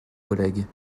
collègues